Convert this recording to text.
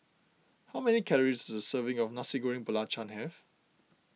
how many calories serving of Nasi Goreng Belacan have